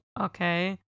Okay